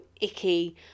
icky